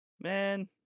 Man